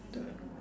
the